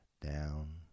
down